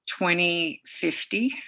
2050